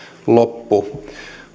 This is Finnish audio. loppu